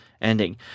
ending